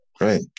Right